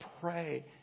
pray